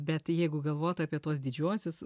bet jeigu galvot apie tuos didžiuosius